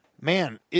Man